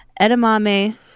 edamame